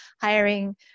hiring